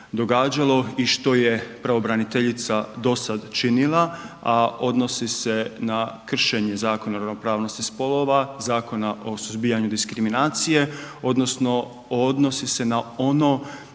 i što je pravobraniteljica do sada činila, a odnosi se na kršenje Zakona o ravnopravnosti spolova, Zakona o suzbijanju diskriminacije odnosno odnosi se na ono